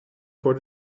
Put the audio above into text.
voor